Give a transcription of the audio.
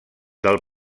del